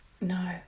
No